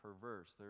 perverse